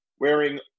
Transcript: wearing